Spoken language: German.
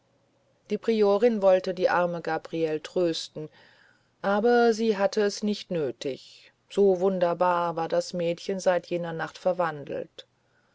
die priorin wollte die arme gabriele trösten aber sie hatt es nicht nötig so wunderbar war das mädchen seit jener nacht verwandelt